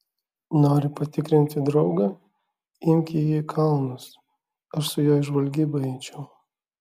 nori patikrinti draugą imk jį į kalnus aš su juo į žvalgybą eičiau